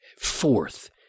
Fourth